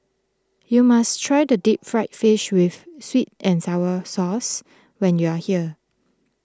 you must try the Deep Fried Fish with Sweet and Sour Sauce when you are here